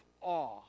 awe